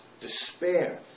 despair